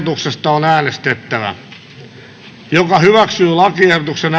on äänestettävä lakiehdotuksen